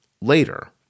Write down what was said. later